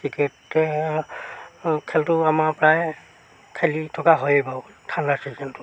cricket খেলটো আমাৰ প্ৰায় খেলি থকা হয়য়ে বাৰু ঠাণ্ডা ছিজনটো